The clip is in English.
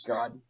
God